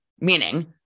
meaning